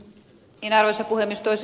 toisin kuin ed